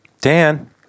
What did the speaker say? Dan